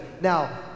Now